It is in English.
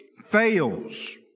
fails